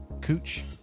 Cooch